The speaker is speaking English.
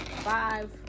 Five